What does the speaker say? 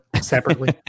separately